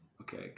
okay